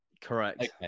Correct